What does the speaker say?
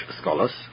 scholars